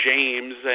James